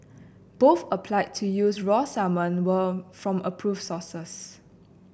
both applied to use raw salmon were from approved sources